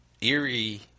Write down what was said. eerie